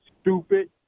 stupid